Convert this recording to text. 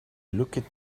looked